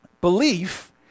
Belief